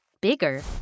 bigger